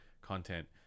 content